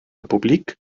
republik